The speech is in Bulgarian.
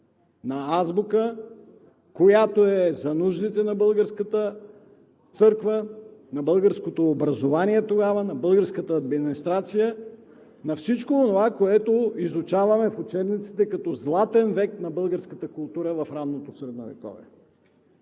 на азбука, която е за нуждите на българската църква, на българското образование тогава, на българската администрация, на всичко онова, което изучаваме в учебниците като Златен век на българската култура. Тази процедура, която